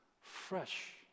Fresh